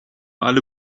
alle